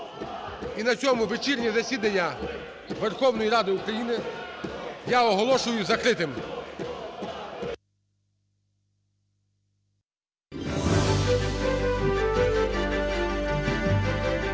І на цьому вечірнє засідання Верховної Ради України я оголошую закритим.